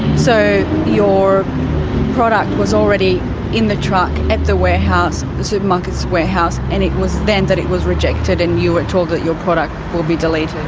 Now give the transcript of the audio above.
so your product was already in the truck at the supermarket warehouse and it was then that it was rejected and you were told that your product will be deleted.